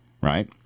right